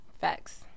facts